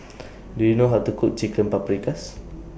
Do YOU know How to Cook Chicken Paprikas